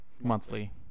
Monthly